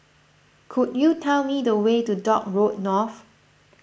could you tell me the way to Dock Road North